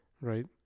right